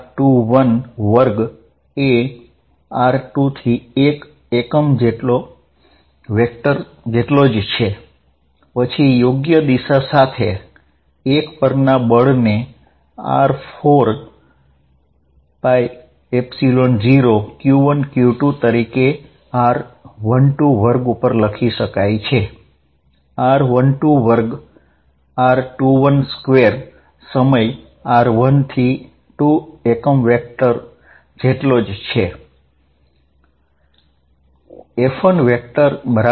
તો યોગ્ય દિશા સાથે 1 પર લાગતા બળને 14π0q1q2r12 2 r12 લખી શકાય અહીં r12 2 અને r21 2સમાન હોય છે